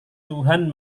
tuhan